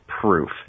proof